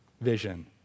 vision